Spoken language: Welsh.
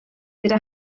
gyda